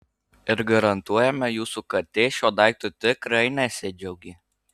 ir garantuojame jūsų katė šiuo daiktu tikrai nesidžiaugė